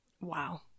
Wow